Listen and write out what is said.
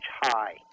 high